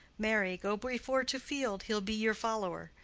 marry, go before to field, he'll be your follower!